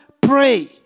pray